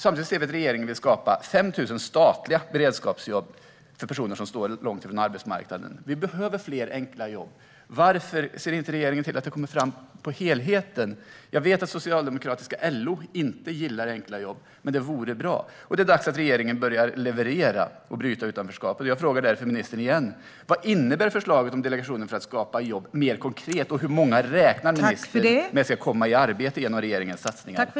Samtidigt ser vi att regeringen vill skapa 5 000 statliga beredskapsjobb för personer som står långt ifrån arbetsmarknaden. Vi behöver fler enkla jobb. Varför ser inte regeringen till att fler enkla jobb kommer fram på hela marknaden? Jag vet att socialdemokratiska LO inte gillar enkla jobb, men det vore bra med fler sådana. Det är dags att regeringen börjar leverera och börjar bryta utanförskapet. Jag frågar därför ministern igen: Vad innebär förslaget om delegationen för att skapa jobb mer konkret, och hur många räknar ministern med ska komma i arbete genom regeringens satsningar?